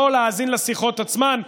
לא להאזין לשיחות עצמן,